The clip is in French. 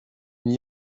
n’y